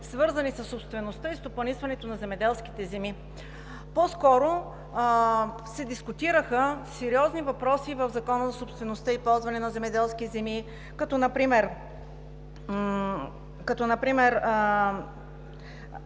свързани със собствеността и стопанисването на земеделските земи. По-скоро се дискутираха сериозни въпроси в Закона за собствеността и ползването на земеделски земи, като например